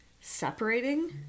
separating